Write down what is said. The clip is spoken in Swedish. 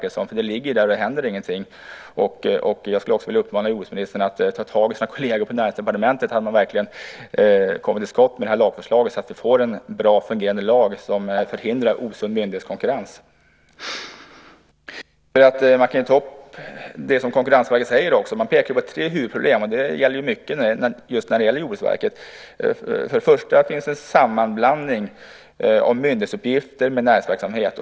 Det ligger där, och det händer ingenting. Jag skulle vilja uppmana jordbruksministern att ta tag i sina kolleger på Näringsdepartementet så att de verkligen kommer till skott med lagförslaget och vi får en bra och fungerande lag som förhindrar osund myndighetskonkurrens. Jag kan också ta upp det som Konkurrensverket säger. Man pekar på tre huvudproblem, och mycket av det gäller just för Jordbruksverket. För det första finns det en sammanblandning av uppgifter om myndigheter med näringsverksamhet.